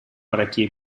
parecchie